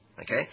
Okay